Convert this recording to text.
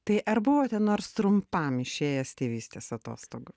tai ar buvote nors trumpam išėjęs tėvystės atostogų